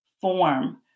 form